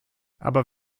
aber